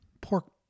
pork